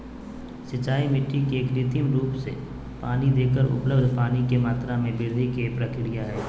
सिंचाई मिट्टी के कृत्रिम रूप से पानी देकर उपलब्ध पानी के मात्रा में वृद्धि के प्रक्रिया हई